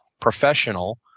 professional